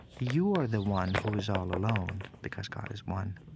you are the one who is all alone because god is one.